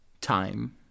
time